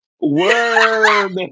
Word